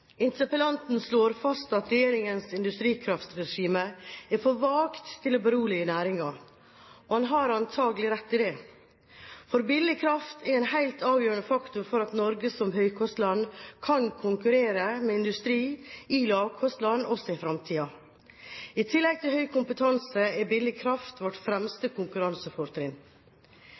Interpellanten slår fast at regjeringens industrikraftregime er for vagt til å berolige næringen. Han har antagelig rett i det. Billig kraft er en helt avgjørende faktor for at Norge som høykostland kan konkurrere med industri i lavkostland også i fremtiden. I tillegg til høy kompetanse er billig kraft vårt fremste konkurransefortrinn.